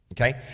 Okay